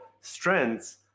strengths